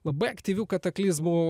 labai aktyvių kataklizmų